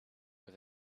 with